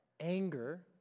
anger